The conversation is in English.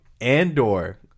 Andor